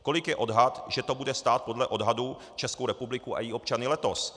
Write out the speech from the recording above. Kolik je odhad, že to bude stát podle odhadů Českou republiku a její občany letos.